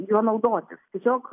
juo naudotis tiesiog